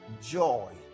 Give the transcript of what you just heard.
joy